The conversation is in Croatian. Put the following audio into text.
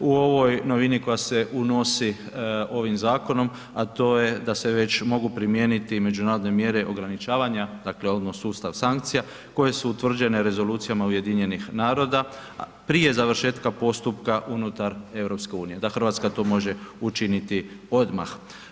U ovoj novini koja se unosi ovim zakonom, a to je da se već mogu primijeniti međunarodne mjere ograničavanja, dakle, odnos sustav sankcija koje su utvrđene rezolucijama UN, prije završetka postupka unutar EU, da Hrvatska to može učiniti odmah.